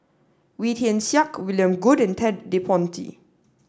Wee Tian Siak William Goode and Ted De Ponti